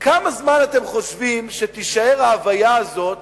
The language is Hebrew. כמה זמן אתם חושבים תישאר ההוויה הזאת